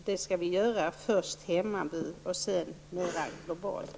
Det skall vi börja med först hemmavid och sedan mera globalt.